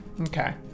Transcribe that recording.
Okay